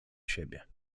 siebie